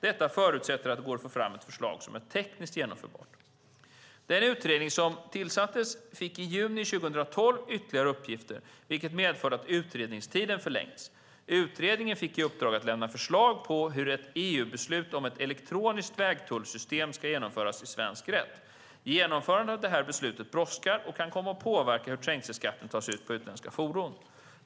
Detta förutsätter att det går att få fram ett förslag som är tekniskt genomförbart. Den utredning som tillsatts fick i juni 2012 ytterligare uppgifter, vilket medfört att utredningstiden förlängts. Utredningen fick i uppdrag att lämna förslag på hur ett EU-beslut om ett elektroniskt vägtullssystem ska genomföras i svensk rätt. Genomförandet av det här beslutet brådskar och kan komma att påverka hur trängselskatt tas ut på utländska fordon.